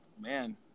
Man